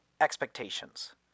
expectations